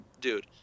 dude